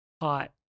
hot